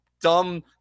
dumb